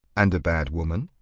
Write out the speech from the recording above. and a bad woman?